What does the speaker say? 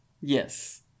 Yes